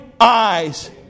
eyes